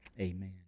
Amen